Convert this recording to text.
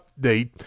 update